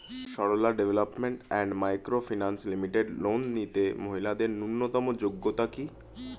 Sarala development and micro finance limited loan নিতে মহিলাদের ন্যূনতম যোগ্যতা কী?